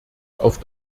auf